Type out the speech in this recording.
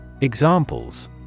Examples